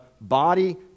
body